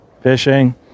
fishing